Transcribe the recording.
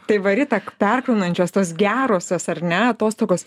tai va rita perkraunančios tos gerosios ar ne atostogos